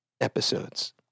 episodes